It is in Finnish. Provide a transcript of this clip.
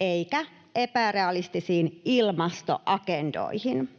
eikä epärealistisiin ilmastoagendoihin.